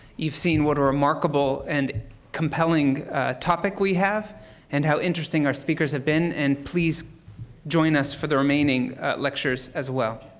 you've seen what a remarkable and compelling topic we have and how interesting our speakers have been, and please join us for the remaining lectures as well.